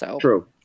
True